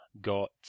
got